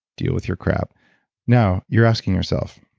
deal with your crap now you're asking yourself,